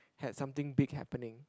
had something big happening